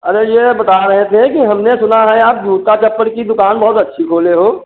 अरे ये बता रहे थे कि हमने सुना है आप जूता चप्पल की दुकान बहुत अच्छी खोले हो